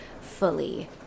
fully